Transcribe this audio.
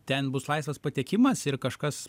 ten bus laisvas patekimas ir kažkas